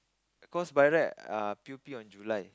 cause by right err p_o_p on July